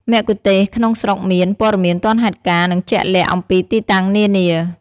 មគ្គុទ្ទេសក៍ក្នុងស្រុកមាន ព័ត៌មានទាន់ហេតុការណ៍ និងជាក់លាក់ អំពីទីតាំងនានា។